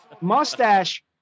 Mustache